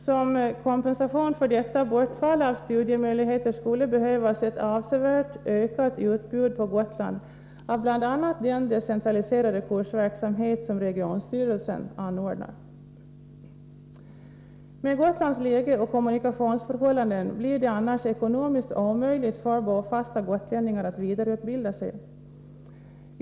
Som kompensation för detta bortfall av studiemöjligheter skulle behövas ett avsevärt ökat utbud på Gotland av bl.a. den decentraliserade kursverksamhet som regionstyrelsen anordnar. Med Gotlands läge och kommunikationsförhållanden blir det annars ekonomiskt omöjligt för bofasta gotlänningar att vidareutbilda sig.